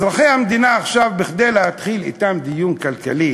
אזרחי המדינה עכשיו, כדי להתחיל אתם דיון כלכלי